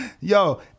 yo